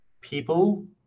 people